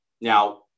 Now